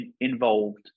involved